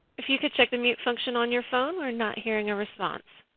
if you could check the mute function on your phone we're not hearing a response.